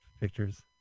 pictures